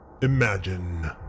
Imagine